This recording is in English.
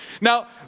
Now